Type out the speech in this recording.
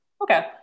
Okay